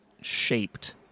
shaped